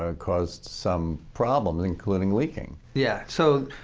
ah caused some problems, including leaking. yeah. so